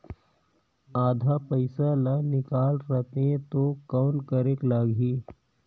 आधा पइसा ला निकाल रतें तो कौन करेके लगही?